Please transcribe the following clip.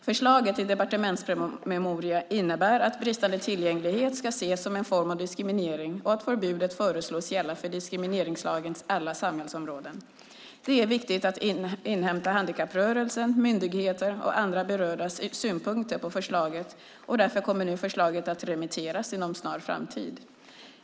Förslaget i departementspromemorian innebär att bristande tillgänglighet ska ses som en form av diskriminering och att förbudet föreslås gälla för diskrimineringslagens alla samhällsområden. Det är viktigt att inhämta handikapprörelsens, myndigheters och andra berördas synpunkter på förslaget, och därför kommer nu förslaget att remitteras inom en snar framtid.